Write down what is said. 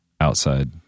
outside